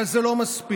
אבל זה לא מספיק.